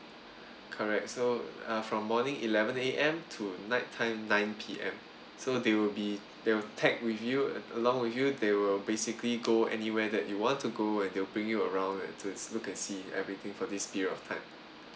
correct so uh from morning eleven A_M to night time nine P_M so they will be they will tag with you and along with you they will basically go anywhere that you want to go and they will bring you around and to look and see everything for this period of time